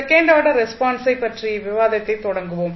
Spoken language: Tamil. செகண்ட் ஆர்டர் ரெஸ்பான்ஸை பற்றிய விவாதத்தைத் தொடங்குவோம்